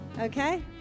okay